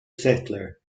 settler